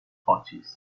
parties